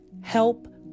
Help